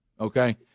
Okay